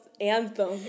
Anthem